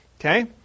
Okay